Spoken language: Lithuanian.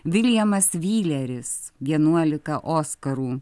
viljamas vyleris vienuolika oskarų